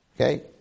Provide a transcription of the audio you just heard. Okay